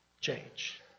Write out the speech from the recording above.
change